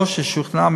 או ששוכנע,